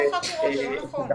לא בחקירות, זה לא נכון.